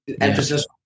Emphasis